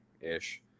ish